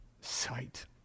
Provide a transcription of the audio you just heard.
sight